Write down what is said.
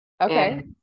Okay